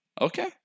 Okay